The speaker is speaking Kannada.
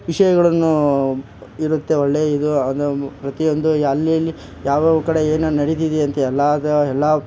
ವಿಷಯಗಳನ್ನು ಇರುತ್ತೆ ಒಳ್ಳೆ ಇದು ಅಂದರೆ ಪ್ರತಿಯೊಂದು ಎಲ್ಲೆಲ್ಲಿ ಯಾವ್ಯಾವ ಕಡೆ ಏನೇನು ನಡೀತಿದೆ ಅಂತ ಎಲ್ಲಾ ಎಲ್ಲ